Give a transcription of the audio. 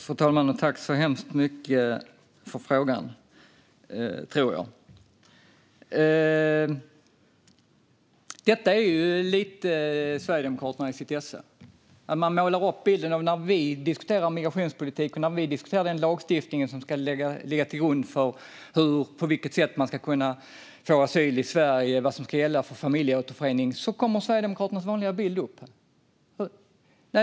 Fru talman! Tack så hemskt mycket för frågan - tror jag. Detta är lite av Sverigedemokraterna i sitt esse. När vi diskuterar migrationspolitiken och den lagstiftning som ska ligga till grund för hur man ska kunna få asyl i Sverige och vad som ska gälla för familjeåterförening kommer Sverigedemokraternas vanliga bild upp.